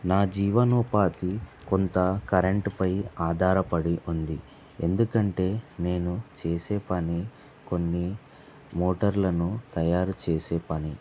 నా జీవనోపాధి కొంత కరెంట్పై ఆధారపడి ఉంది ఎందుకంటే నేను చేసే పని కొన్ని మోటార్లను తయారు చేసే పని